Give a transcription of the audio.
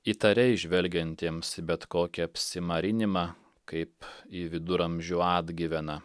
įtariai žvelgiantiems į bet kokį apsimarinimą kaip į viduramžių atgyveną